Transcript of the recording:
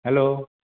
hello